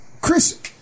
Chris